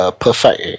perfect